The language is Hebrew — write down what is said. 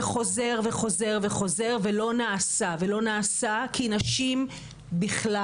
זה חוזר וחוזר וחוזר ולא נעשה ולא נעשה כי נשים בכלל